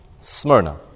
Smyrna